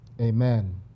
amen